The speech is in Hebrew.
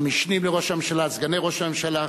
המשנים לראש הממשלה, סגני ראש הממשלה,